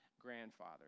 grandfather